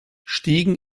stiegen